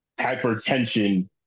hypertension